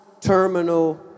terminal